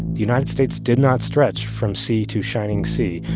the united states did not stretch from sea to shining sea.